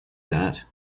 that